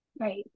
Right